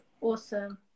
Awesome